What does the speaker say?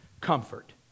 comfort